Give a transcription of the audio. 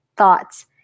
Thoughts